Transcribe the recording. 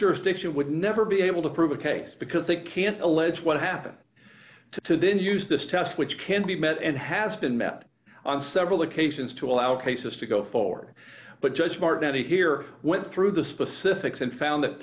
jurisdictions would never be able to prove a case because they can't allege what happened to then use this test which can be met and has been met on several occasions to allow cases to go forward but judge martin here went through the specifics and found th